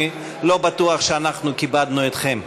אני לא בטוח שאנחנו כיבדנו אתכם.